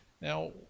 now